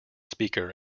speaker